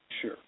sure